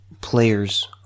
players